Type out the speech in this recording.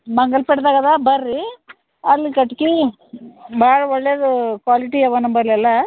ಮಂಗಲ್ ಪೇಟ್ದಾಗೆ ಅದೆ ಬರ್ರಿ ಅಲ್ಲಿ ಕಟ್ಕೆ ಭಾಳ ಒಳ್ಳೇದೂ ಕ್ವಾಲಿಟಿ ಅವೆ ನಮ್ಮಲ್ಲಿ ಎಲ್ಲ